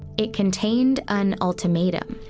it contained an ultimatum.